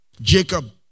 Jacob